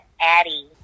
Addie